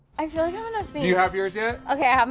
i mean you have yours yet? okay. um